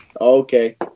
Okay